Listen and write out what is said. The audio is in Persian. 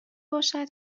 باشد